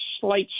slight